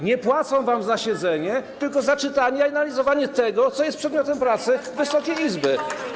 Nie płacą wam za siedzenie, tylko za czytanie i analizowanie tego, co jest przedmiotem pracy Wysokiej Izby.